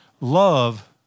love